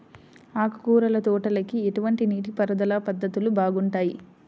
ఆకుకూరల తోటలకి ఎటువంటి నీటిపారుదల పద్ధతులు బాగుంటాయ్?